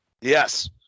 Yes